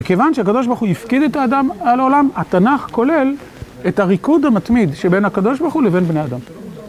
כיוון שהקב"ה הפקיד את האדם על העולם, התנ״ך כולל את הריקוד המתמיד שבין הקב"ה לבין בני אדם.